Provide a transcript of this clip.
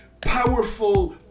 powerful